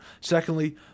Secondly